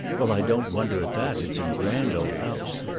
well, i don't wonder at that it's a grand old house.